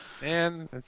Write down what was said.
Man